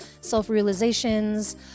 self-realizations